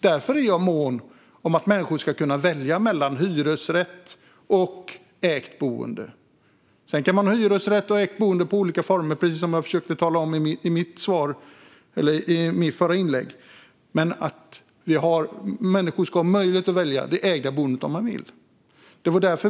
Därför är jag mån om att människor ska kunna välja mellan hyresrätt och ägt boende. Sedan kan man ha hyresrätt och ägt boende i olika former, precis som jag försökte tala om i mitt förra inlägg. Men människor ska ha möjlighet att välja det ägda boendet om de vill.